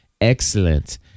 Excellent